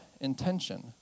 intention